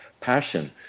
Passion